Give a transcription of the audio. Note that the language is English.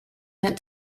that